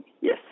yes